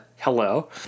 Hello